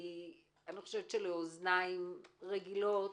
כי אני לא חושבת שלאוזניים רגילות